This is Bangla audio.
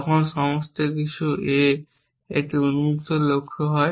তখন সমস্ত কিছু A একটি উন্মুক্ত লক্ষ্য হয়